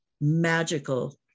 magical